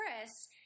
Chris